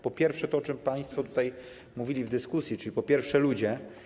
Po pierwsze, to, o czym państwo tutaj mówili w dyskusji, czyli po pierwsze, ludzie.